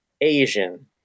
Asian